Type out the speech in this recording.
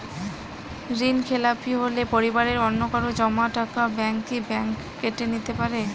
ঋণখেলাপি হলে পরিবারের অন্যকারো জমা টাকা ব্যাঙ্ক কি ব্যাঙ্ক কেটে নিতে পারে?